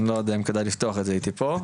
אני לא יודע אם כדאי לפתוח את זה איתי פה,